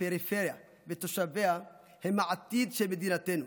שהפריפריה ותושביה הם העתיד של מדינתנו.